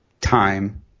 time